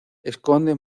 esconde